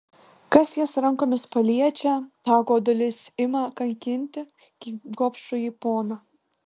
kas jas rankomis paliečia tą godulys ima kankinti kaip gobšųjį poną